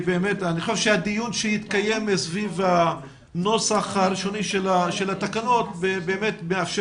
אני חושב שהדיון שיתקיים סביב הנוסח הראשוני של התקנות באמת מאפשר